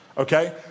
Okay